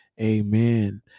Amen